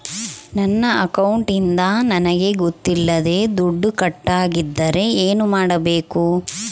ನನ್ನ ಅಕೌಂಟಿಂದ ನನಗೆ ಗೊತ್ತಿಲ್ಲದೆ ದುಡ್ಡು ಕಟ್ಟಾಗಿದ್ದರೆ ಏನು ಮಾಡಬೇಕು?